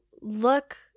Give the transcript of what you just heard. look